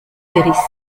périssent